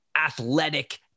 athletic